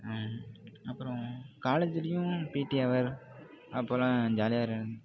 அப்புறம் காலேஜிலேயும் P T அவர் அப்போலாம் ஜாலியாக